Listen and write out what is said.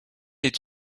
est